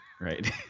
Right